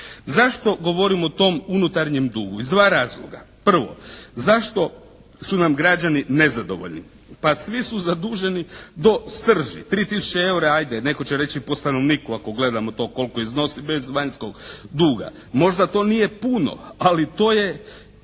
Zašto govorim o tom unutarnjem dugu? Iz dva razloga. Prvo, zašto su nam građani nezadovoljni? Pa svi su zaduženi do srži. 3000 EUR-a ajde netko će reći po stanovniku ako gledamo to koliko iznosi bez vanjskog duga. Možda to nije puno, ali to je,